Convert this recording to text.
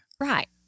Right